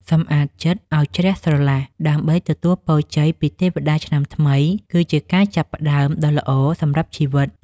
សម្អាតចិត្តឱ្យជ្រះស្រឡះដើម្បីទទួលពរជ័យពីទេវតាឆ្នាំថ្មីគឺជាការចាប់ផ្តើមដ៏ល្អសម្រាប់ជីវិត។